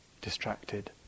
distracted